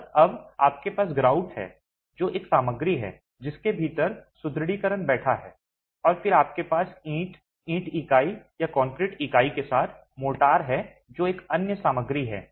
और अब आपके पास ग्राउट है जो एक सामग्री है जिसके भीतर सुदृढीकरण बैठा है और फिर आपके पास ईंट ईंट इकाई या कंक्रीट इकाई के साथ मोर्टार है जो एक अन्य सामग्री है